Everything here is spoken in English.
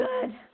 good